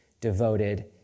devoted